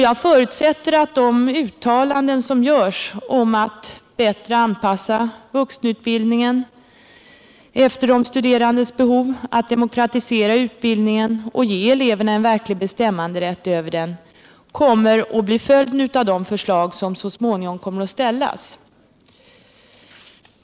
Jag förutsätter — i enlighet med de uttalanden som görs härom — att en förbättrad anpassning av vuxenutbildningen efter de studerandes behov, en demokratisering av utbildningen och en verklig bestämmanderätt för eleverna över utbildningen skall bli följden av de förslag som så småningom kommer att framläggas.